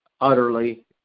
utterly